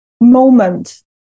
moment